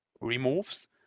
removes